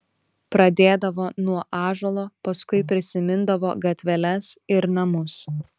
pradėdavo nuo ąžuolo paskui prisimindavo gatveles ir namus